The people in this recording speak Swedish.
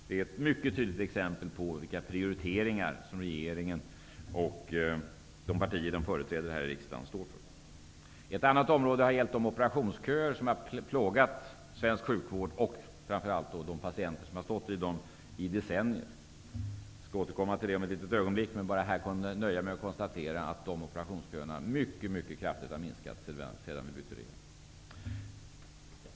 Det är ett mycket tydligt exempel på vilka prioriteringar regeringen och de partier som den företräder här i riksdagen står för. Ett annat område är de operationsköer som i decennier har plågat svensk sjukvård och framför allt de patienter som har stått i köerna. Jag skall återkomma till det om ett litet ögonblick. Här nöjer jag mig med att bara konstatera att operationsköerna har minskat mycket kraftigt sedan vi bytte regering.